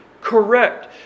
correct